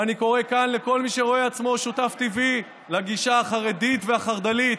ואני קורא כאן לכל מי שרואה עצמו שותף טבעי לגישה החרדית והחרד"לית,